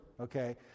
okay